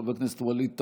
חבר הכנסת ווליד טאהא,